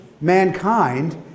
mankind